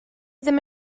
ddim